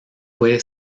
puede